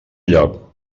lloc